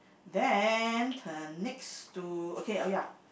then turn next to okay oh ya